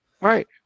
Right